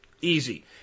Easy